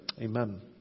Amen